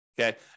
Okay